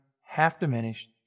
half-diminished